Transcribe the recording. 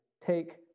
take